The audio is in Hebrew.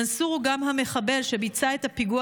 מנסור הוא גם המחבל שביצע את פיגוע